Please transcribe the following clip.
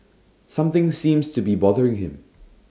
something seems to be bothering him